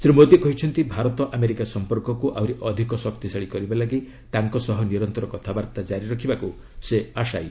ଶ୍ରୀ ମୋଦି କହିଛନ୍ତି ଭାରତ ଆମେରିକା ସମ୍ପର୍କକୁ ଆହୁରି ଅଧିକ ଶକ୍ତିଶାଳୀ କରିବା ଲାଗି ତାଙ୍କ ସହ ନିରନ୍ତର କଥାବାର୍ତ୍ତା କାରି ରଖିବାକୁ ସେ ଆଶାୟୀ